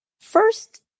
First